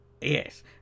Yes